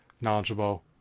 knowledgeable